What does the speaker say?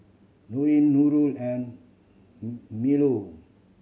Nurin Nurul and Melur